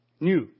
new